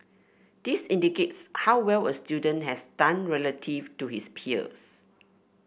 this indicates how well a student has done relative to his peers